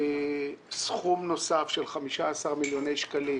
סכום נוסף של 15 מילוני שקלים